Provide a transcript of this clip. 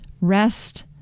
rest